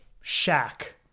shack